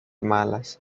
malas